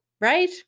right